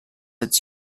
its